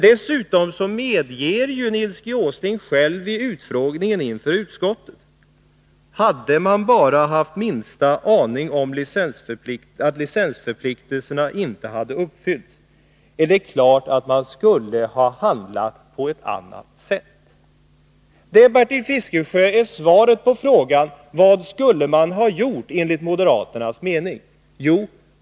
Dessutom medgav ju Nils G. Åsling själv vid utfrågningen inför utskottet, att hade man bara haft minsta aning om att licensförpliktelserna inte uppfyllts, är det klart att man skulle ha handlat på ett annat sätt. Det är, Bertil Fiskesjö, svaret på frågan, vad man enligt moderaternas mening skulle ha gjort.